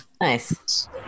Nice